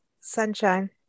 sunshine